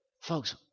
Folks